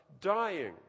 dying